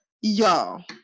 Y'all